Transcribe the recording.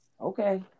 Okay